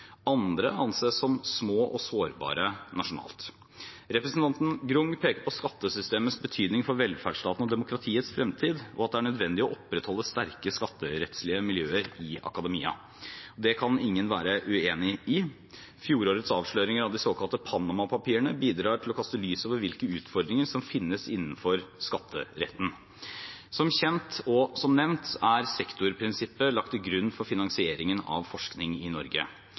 Andre anses som små og sårbare nasjonalt. Representanten Grung peker på skattesystemets betydning for velferdsstatens og demokratiets fremtid, og at det er nødvendig å opprettholde sterke skatterettslige miljøer i akademia. Det kan ingen være uenig i. Fjorårets avsløringer av de såkalte Panama-papirene bidrar til å kaste lys over hvilke utfordringer som finnes innenfor skatteretten. Som kjent, og som nevnt, er sektorprinsippet lagt til grunn for finansieringen av forskning i Norge.